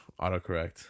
autocorrect